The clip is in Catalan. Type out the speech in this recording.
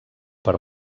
per